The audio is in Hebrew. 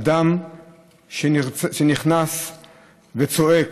אדם שנכנס וצועק: